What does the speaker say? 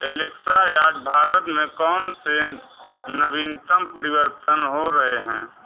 Alexa आज भारत में कौन से नवीनतम परिवर्तन हो रहे हैं